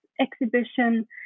exhibition